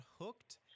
Hooked